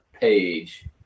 page